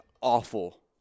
awful